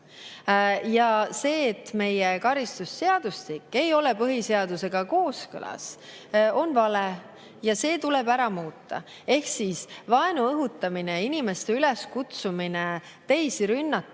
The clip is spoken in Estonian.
See, et meie karistusseadustik ei ole põhiseadusega kooskõlas, on vale ja see tuleb ära muuta, see vaenu õhutamine ja inimeste üleskutsumine, et nad